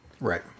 right